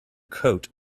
coat